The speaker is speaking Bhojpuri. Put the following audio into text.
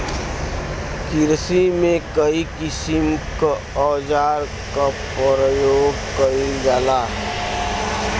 किरसी में कई किसिम क औजार क परयोग कईल जाला